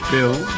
Bill